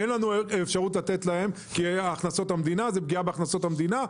"אין לנו אפשרות לתת להם כי זו פגיעה בהכנסות המדינה".